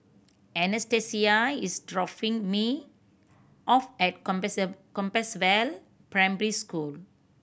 Anastasia is dropping me off at Compassvale Primary School